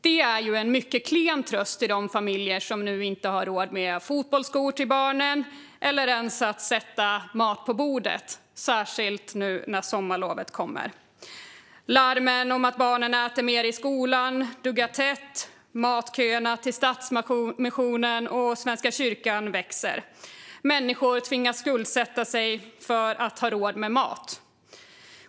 Det är en mycket klen tröst i de familjer som nu inte har råd med fotbollsskor till barnen eller ens att sätta mat på bordet - särskilt nu när sommarlovet kommer. Larmen duggar tätt om att barnen äter mer i skolan, och matköerna till Stadsmissionen och Svenska kyrkan växer. Människor tvingas skuldsätta sig för att ha råd med mat.